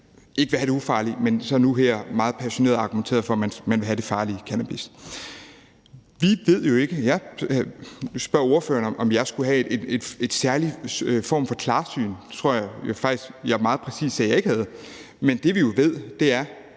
ikke vil have det ufarlige, men så nu her meget passioneret argumenterer for, at man vil have det farlige cannabis. Nu spørger ordføreren, om jeg skulle have en særlig form for klarsyn, og det tror jeg faktisk jeg meget præcist sagde at jeg ikke havde. Men det, vi jo ved, eller